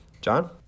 John